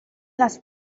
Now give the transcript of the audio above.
las